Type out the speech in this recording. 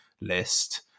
list